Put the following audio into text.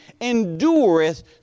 endureth